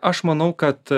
aš manau kad